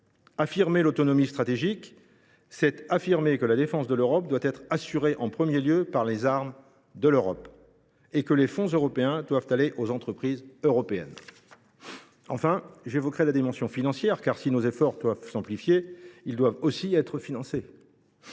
affirmer l’autonomie stratégique, c’est affirmer que la défense de l’Europe doit être assurée en premier lieu par les armes de l’Europe et que les fonds européens doivent aller aux entreprises européennes. Enfin j’évoquerai la dimension financière de ces enjeux. En effet, si nos efforts doivent s’amplifier, ils doivent aussi être financés.